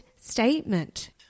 statement